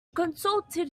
consulted